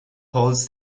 holds